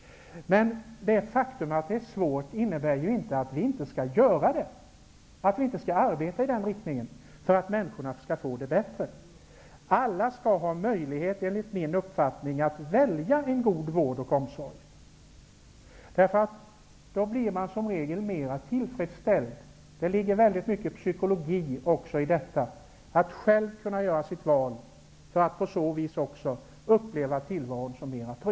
Men det faktum att det är svårt innebär inte att vi inte skall arbeta i den riktningen för att människor skall få det bättre. Enligt min uppfattning skall alla ha möjlighet att välja en god vård och omsorg. Då blir man som regel mera tillfredsställd. Det ligger väldigt mycket psykologi i att man själv får göra sitt val. Därigenom upplever man tillvaron som tryggare.